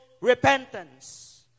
repentance